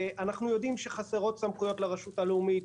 אנחנו יודעים שחסרות סמכויות לרשות הלאומית.